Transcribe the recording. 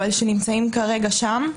אבל שנמצאים כרגע שם.